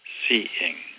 seeing